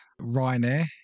Ryanair